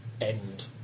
end